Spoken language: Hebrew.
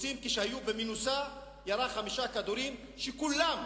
פורצים כשהיו במנוסה, ירה חמישה כדורים שכולם